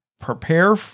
Prepare